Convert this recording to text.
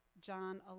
John